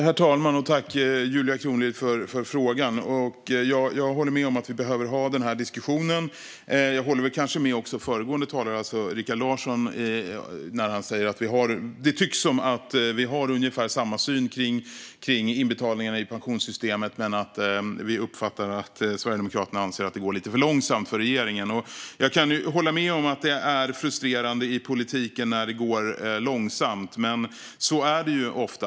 Herr talman! Tack, Julia Kronlid, för frågan! Jag håller med om att vi behöver ha denna diskussion. Jag håller kanske också med föregående talare, Rikard Larsson, om att det tycks som att vi har ungefär samma syn när det gäller inbetalningarna till pensionssystemet. Vi uppfattar dock att Sverigedemokraterna anser att det går lite för långsamt för regeringen. Jag kan hålla med om att det är frustrerande i politiken när det går långsamt, men så är det ju ofta.